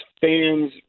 fans